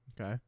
Okay